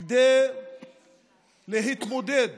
כדי להתמודד